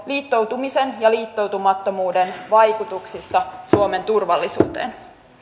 liittoutumisen ja liittoutumattomuuden vaikutuksista suomen turvallisuuteen